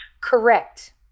Correct